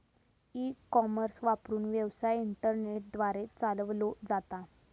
E commerce वापरून, व्यवसाय internet द्वारे चालवलो जाता